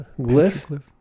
Glyph